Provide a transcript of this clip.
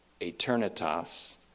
eternitas